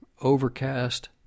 Overcast